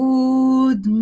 Good